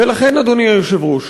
ולכן, אדוני היושב-ראש,